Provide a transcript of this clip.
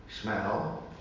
smell